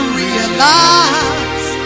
realize